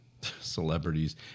celebrities